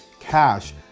cash